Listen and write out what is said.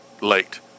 late